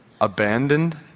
abandoned